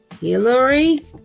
Hillary